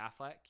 Affleck